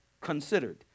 considered